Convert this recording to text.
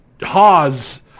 hawes